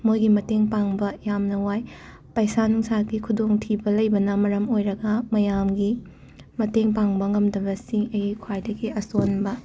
ꯃꯣꯏꯒꯤ ꯃꯇꯦꯡ ꯄꯥꯡꯕ ꯌꯥꯝꯅ ꯋꯥꯏ ꯄꯩꯁꯥ ꯅꯨꯡꯁꯥꯒꯤ ꯈꯨꯗꯣꯡꯊꯤꯕ ꯂꯩꯕꯅ ꯃꯔꯝ ꯑꯣꯏꯔꯒ ꯃꯌꯥꯝꯒꯤ ꯃꯇꯦꯡ ꯄꯥꯡꯕ ꯉꯝꯗꯕꯁꯤ ꯑꯩꯒꯤ ꯈ꯭ꯋꯥꯏꯗꯒꯤ ꯑꯁꯣꯟꯕ